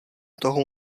toho